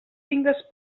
tingues